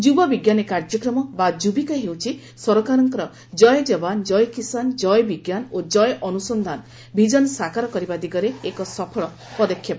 ଯୁବ ବିଙ୍କାନୀ କାର୍ଯ୍ୟକ୍ରମ ବା ଯୁବିକା ହେଉଛି ସରକାରଙ୍କର 'ଜୟ ଯବାନ ଜୟ କିଷାନ ଜୟ ବିଙ୍କାନ ଓ ଜୟ ଅନୁସ୍କ୍ଷାନ' ଭିଜନ୍ ସାକାର କରିବା ଦିଗରେ ଏକ ସଫଳ ପଦକ୍ଷେପ